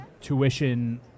Tuition